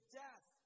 death